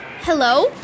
Hello